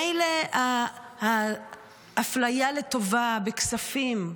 מילא האפליה לטובה בכספים,